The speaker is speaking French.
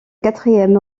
quatrième